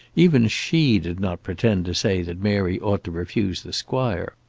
even she did not pretend to say that mary ought to refuse the squire.